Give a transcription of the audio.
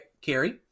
Carrie